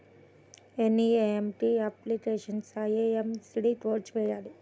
NEFT అప్లికేషన్లో IFSC code వేయాలా?